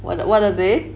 what are what are they